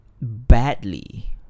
badly